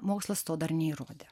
mokslas to dar neįrodė